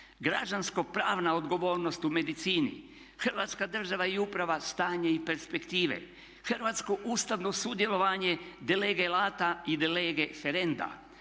"Građansko-pravna odgovornost u medicini", "Hrvatska država i uprava, stanje i perspektive", "Hrvatsko ustavno sudjelovanje de lege lata i de lege ferenda",